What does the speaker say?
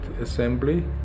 assembly